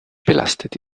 belastet